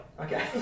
Okay